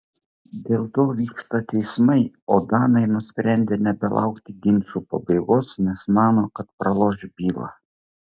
dėl to vyksta teismai o danai nusprendė nebelaukti ginčų pabaigos nes mano kad praloš bylą